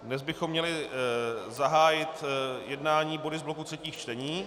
Dnes bychom měli zahájit jednání body z bloku třetích čtení.